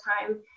time